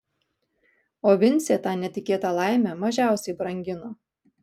o vincė tą netikėtą laimę mažiausiai brangino